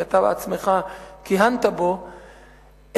כי אתה עצמך כיהנת בו,